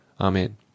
Amen